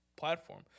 platform